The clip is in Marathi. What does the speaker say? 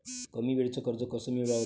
कमी वेळचं कर्ज कस मिळवाचं?